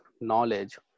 knowledge